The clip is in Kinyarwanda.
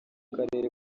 karere